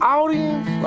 audience